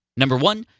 number one,